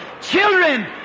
Children